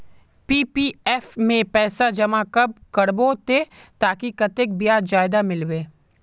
PPF में पैसा जमा कब करबो ते ताकि कतेक ब्याज ज्यादा मिलबे?